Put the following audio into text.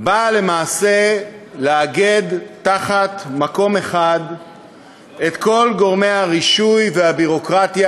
באה למעשה לאגד במקום אחד את כל גורמי הרישוי והביורוקרטיה